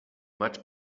much